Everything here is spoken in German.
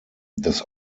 das